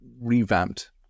revamped